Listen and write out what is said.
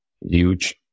huge